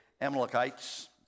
Amalekites